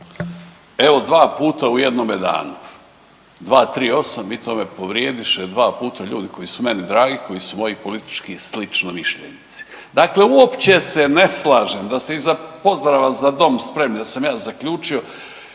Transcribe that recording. Evo dva puta u jednome danu, 238. i to me povrijediše dva puta ljudi koji su meni dragi, koji su moji politički slično mišljenici. Dakle uopće se ne slažem da se iza pozdrava „Za dom spremni!“ da sam ja zaključio